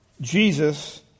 Jesus